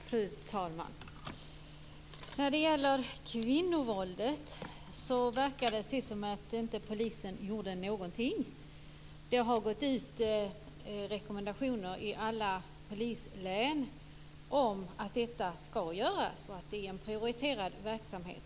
Fru talman! När det gäller kvinnovåldet verkar det precis som om polisen inte gjorde någonting. Det har gått ut rekommendationer i alla polislän om att något ska göras. Det är en prioriterad verksamhet.